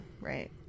Right